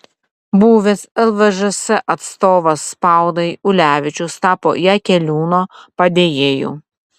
buvęs lvžs atstovas spaudai ulevičius tapo jakeliūno padėjėju